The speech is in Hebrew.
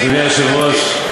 אדוני היושב-ראש,